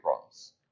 cross